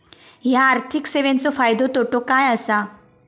हया आर्थिक सेवेंचो फायदो तोटो काय आसा?